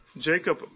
Jacob